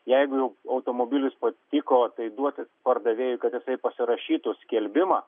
jeigu jau automobilis patiko tai duoti pardavėjui kad jisai pasirašytų skelbimą